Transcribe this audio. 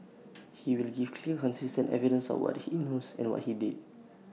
he will give clear consistent evidence of what he knows and what he did